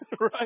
right